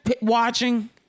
watching